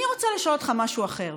אני רוצה לשאול אותך משהו אחר,